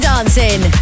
dancing